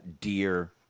dear